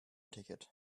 ticket